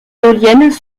éoliennes